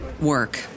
Work